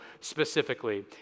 specifically